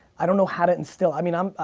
i don't know how to instill, i mean i'm,